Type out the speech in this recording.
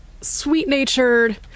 sweet-natured